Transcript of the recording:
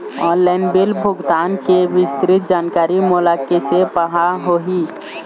Online bill भुगतान के विस्तृत जानकारी मोला कैसे पाहां होही?